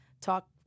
talk